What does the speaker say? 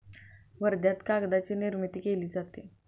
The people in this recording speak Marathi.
वर्ध्यात कागदाची निर्मिती केली जाते